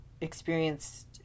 experienced